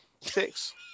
Six